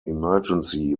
emergency